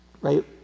Right